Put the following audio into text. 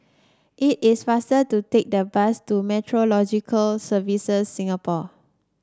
it is faster to take the bus to Meteorological Services Singapore